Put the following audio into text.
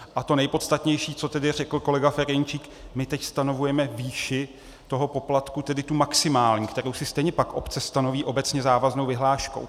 A to nejpodstatnější, co tedy řekl kolega Ferjenčík my teď stanovujeme výši toho poplatku, tedy tu maximální, kterou si stejně pak obce stanoví obecně závaznou vyhláškou.